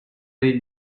that